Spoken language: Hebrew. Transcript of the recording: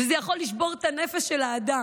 וזה יכול לשבור את הנפש של האדם.